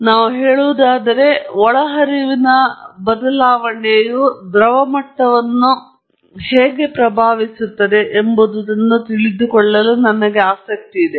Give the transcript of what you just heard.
ಮತ್ತು ನಾವು ಹೇಳುವುದಾದರೆ ಒಳಹರಿವಿನ ಹರಿವಿನ ಬದಲಾವಣೆಯು ದ್ರವ ಮಟ್ಟವನ್ನು ಹೇಗೆ ಪ್ರಭಾವಿಸುತ್ತದೆ ಎಂಬುದನ್ನು ತಿಳಿದುಕೊಳ್ಳಲು ನನಗೆ ಆಸಕ್ತಿ ಇದೆ